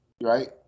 right